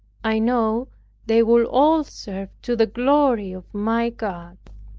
i know they will all serve to the glory of my god.